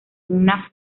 una